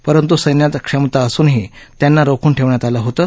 परंतु सच्चात क्षमता असूनही त्यांना रोखून ठेवण्यात आलं होतं